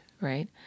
right